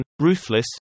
Ruthless